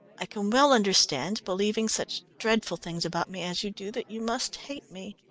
i can well understand, believing such dreadful things about me as you do, that you must hate me.